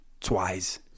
twice